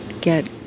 get